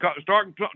starting